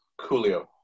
Coolio